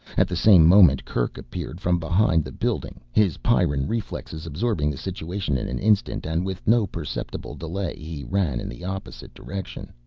at the same moment kerk appeared from behind the building, his pyrran reflexes absorbing the situation in an instant and with no perceptible delay he ran in the opposite direction.